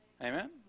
Amen